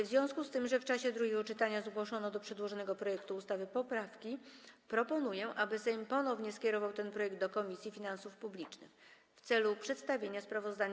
W związku z tym, że w czasie drugiego czytania zgłoszono do przedłożonego projektu ustawy poprawki, proponuję, aby Sejm ponownie skierował ten projekt do Komisji Finansów Publicznych w celu przedstawienia sprawozdania.